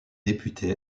députés